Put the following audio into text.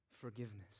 forgiveness